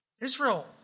Israel